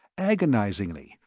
agonizingly,